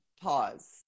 pause